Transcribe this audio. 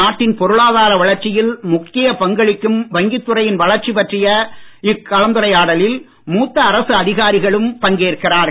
நாட்டின் பொருளாதார வளர்ச்சியில் முக்கியப் பங்களிக்கும் வங்கித்துறையின் வளர்ச்சி பற்றிய இக் கலந்துரையாடலில் மூத்த அரசு அதிகாரிகளும் பங்கேற்கிறார்கள்